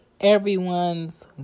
everyone's